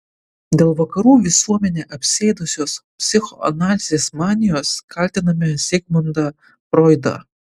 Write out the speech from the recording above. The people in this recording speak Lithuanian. dėl vakarų visuomenę apsėdusios psichoanalizės manijos kaltiname zigmundą froidą